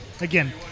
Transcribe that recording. again